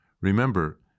Remember